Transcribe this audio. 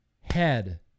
head